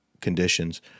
conditions